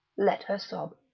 let her sob.